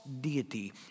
deity